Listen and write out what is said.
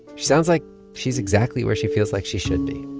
she sounds like she's exactly where she feels like she should be